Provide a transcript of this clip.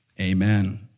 Amen